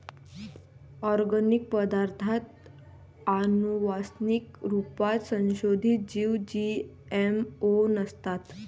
organic पदार्ताथ आनुवान्सिक रुपात संसोधीत जीव जी.एम.ओ नसतात